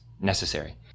necessary